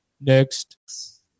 Next